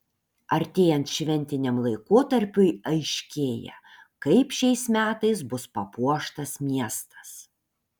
artėjant šventiniam laikotarpiui aiškėja kaip šiais metais bus papuoštas miestas